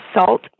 salt